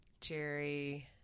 Jerry